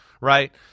right